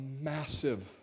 massive